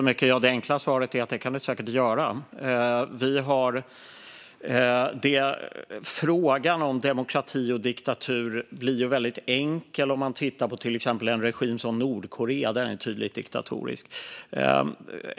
Fru talman! Det enkla svaret är att det kan det säkert finnas. Frågan om demokrati och diktatur blir enkel om man tittar på en sådan regim som Nordkorea, som är tydligt diktatorisk.